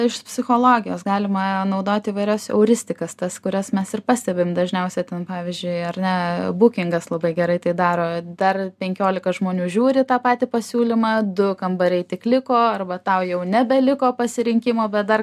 iš psichologijos galima naudot įvairias euristikas tas kurias mes ir pastebim dažniausia ten pavyzdžiui ar ne bukingas labai gerai tai daro dar penkiolika žmonių žiūri tą patį pasiūlymą du kambariai tik liko arba tau jau nebeliko pasirinkimo bet dar